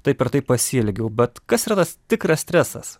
taip ir taip pasielgiau bet kas yra tas tikras stresas